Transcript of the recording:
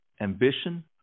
ambition